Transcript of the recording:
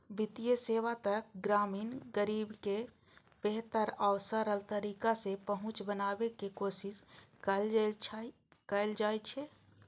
वित्तीय सेवा तक ग्रामीण गरीब के बेहतर आ सरल तरीका सं पहुंच बनाबै के कोशिश कैल जाइ छै